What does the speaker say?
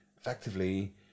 effectively